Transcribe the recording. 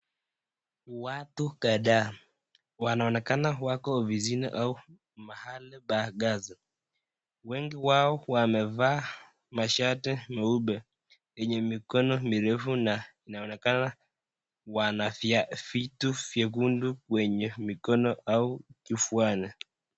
Watu kadhaa wanaonekana wako ofisini au mahali pa kazi wengi wao wamevaa mashati meupe yenye mikono mirefu na inaonekana wana vitu vyekundu kwenye mikono au kifuani.